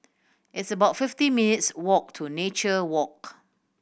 it's about fifty minutes' walk to Nature Walk